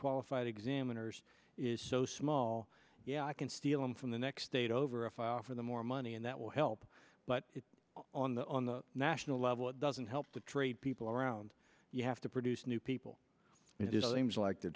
qualified examiners is so small yeah i can steal him from the next state over a fire for the more money and that will help but on the on the national level it doesn't help to trade people around you have to produce new people it is all things like they're